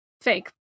fake